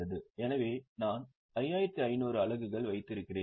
எனவே நான் 5500 அலகுகள் வைத்திருக்கிறேன்